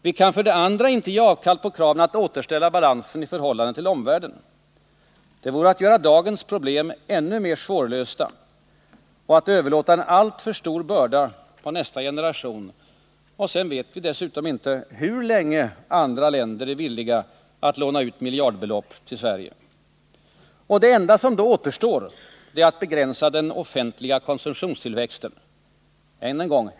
Vi kan för det andra inte ge avkall på kraven på att återställa balansen i förhållande till omvärlden. Det vore att göra dagens problem ännu mer svårlösta och att överlåta en alltför stor börda på nästa generation. Dessutom vet vi inte hur länge andra länder är villiga att låna ut miljardbelopp till Sverige. Det enda som då återstår är att begränsa den offentliga konsumtionstillväxten.